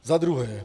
Za druhé.